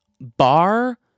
bar